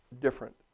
different